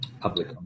public